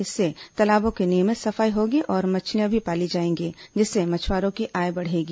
इससे तालाबों की नियमित सफाई होगी और मछलियां भी पाली जाएंगी जिससे मछुवारों की आय बढ़ेगी